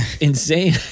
Insane